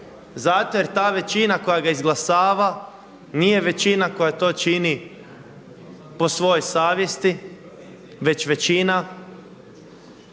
zato jer ta većina koja ga izglasava nije većina koja to čini po svojoj savjesti već većina